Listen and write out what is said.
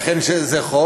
לכן זה חוק.